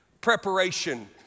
preparation